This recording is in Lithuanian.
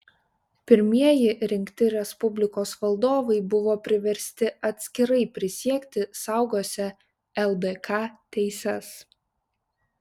pirmieji rinkti respublikos valdovai buvo priversti atskirai prisiekti saugosią ldk teises